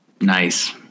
Nice